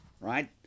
right